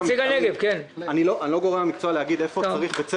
אני לא הגורם המקצועי להגיד איפה צריך בית ספר.